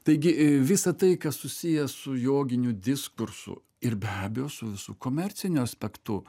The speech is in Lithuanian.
taigi visa tai kas susiję su joginiu diskursu ir be abejo su visu komerciniu aspektu